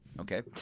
Okay